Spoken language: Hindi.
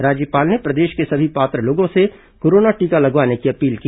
राज्यपाल ने प्रदेश के सभी पात्र लोगों से कोरोना टीका लगवाने की अपील की